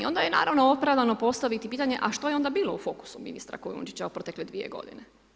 I onda je naravno opravdano postaviti pitanje a što je onda bilo u fokusu ministra Kujundžića u protekle 2 godine.